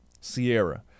Sierra